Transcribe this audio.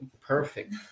Perfect